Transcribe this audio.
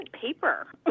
paper